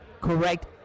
correct